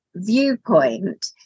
viewpoint